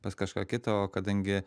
pas kažką kitą o kadangi